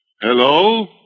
Hello